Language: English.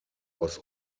was